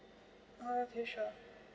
okay sure